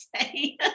say